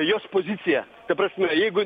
jos poziciją ta prasme jeigu